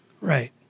Right